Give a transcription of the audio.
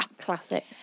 Classic